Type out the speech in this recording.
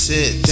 Sit